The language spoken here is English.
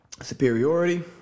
superiority